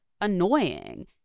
annoying